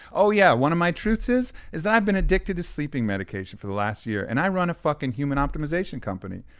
oh, yeah, one of my truths is is that i've been addicted to sleeping medication for the last year. and i run a fucking human optimization company.